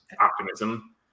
optimism